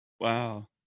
Wow